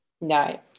no